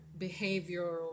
behavioral